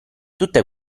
tutte